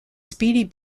speedy